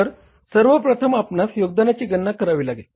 तर सर्वप्रथम आपणास योगदानाची गणना करावी लागेल